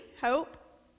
Hope